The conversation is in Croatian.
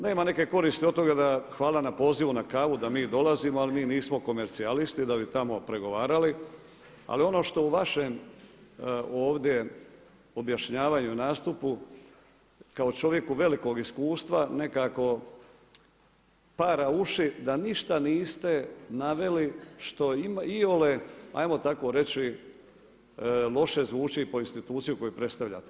Nema neke koristi od toga da, hvala na pozivu na kavu da mi dolazimo ali mi nismo komercijalisti da bi tamo pregovarali, ali ono što u vašem ovdje objašnjavanju, nastupu kao čovjeku velikog iskustva nekako para uši da ništa niste naveli što ima iole ajmo tako reći loše zvuči po instituciju koju predstavljate.